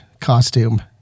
costume